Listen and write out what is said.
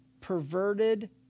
perverted